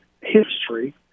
history